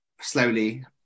slowly